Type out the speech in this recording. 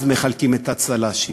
אז מחלקים את הצל"שים.